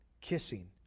kissing